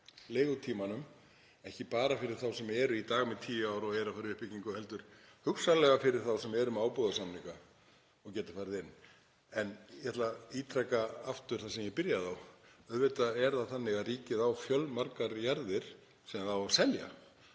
leigutímanum, ekki bara fyrir þá sem eru í dag með tíu ár og eru að fara í uppbyggingu heldur hugsanlega fyrir þá sem eru með ábúðarsamninga og geta farið inn. En ég ætla að ítreka aftur það sem ég byrjaði á að auðvitað er það þannig að ríkið á fjölmargar jarðir sem það á að selja.